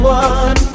one